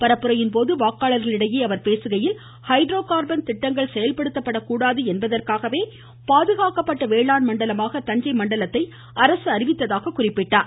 பரப்புரையின் போது வாக்காளர்களிடையே அவர் பேசுகையில் ஹைட்ரோ கார்பன் திட்டங்கள் செயல்படுத்தப்படக்கூடாது என்பதற்காகவே பாதுகாக்கப்பட்ட வேளாண் மண்டலமாக தஞ்சை மண்டலத்தை அரசு அறிவித்தாக குறிப்பிட்டார்